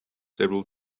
several